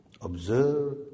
observe